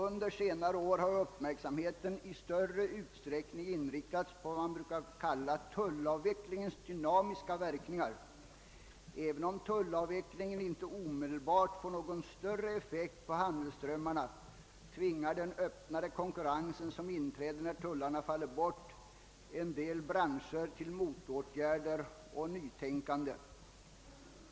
Under senare år har uppmärksamheten i större utsträckning inriktats på vad man brukar kalla tullavvecklingens dynamiska verkningar. även om tullavvecklingen inte omedelbart får någon stor effekt på <handelsströmmarna, tvingar den öppna konkurrens som inträder när tullarna faller bort en del branscher till motåtgärder och nytänkande.